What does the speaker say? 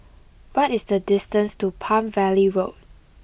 what is the distance to Palm Valley Road